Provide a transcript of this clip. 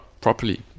properly